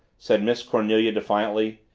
said miss cornelia defiantly,